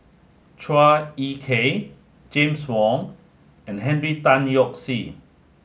Chua Ek Kay James Wong and Henry Tan Yoke See